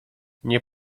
nie